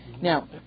Now